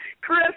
Chris